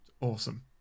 Awesome